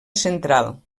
central